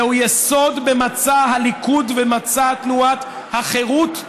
זהו יסוד במצע הליכוד ובמצע תנועת החרות,